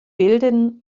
bilden